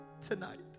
tonight